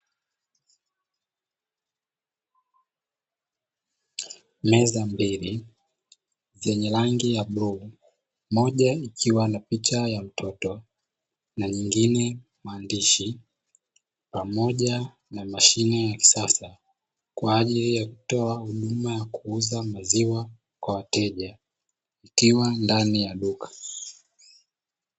Meza mbili zenye rangi ya bluu, Moja ikiwa na picha ya mtoto, nyingine maandishi pamoja na mashine ya kisasa, kwa ajili ya kutoa huduma ya kuuza maziwa kwa wateja ikiwa ndani ya duka.